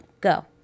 go